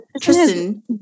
Tristan